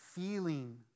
feeling